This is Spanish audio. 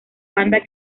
banda